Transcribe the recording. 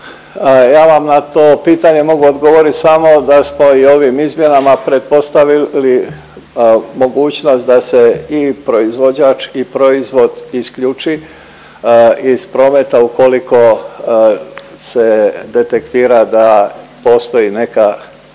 Ja vam na to pitanje mogu odgovorit samo da smo i ovim izmjenama pretpostavili mogućnost da se i proizvođač i proizvod isključi iz prometa ukoliko se detektira da postoji neka